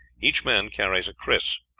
each man carries a kris,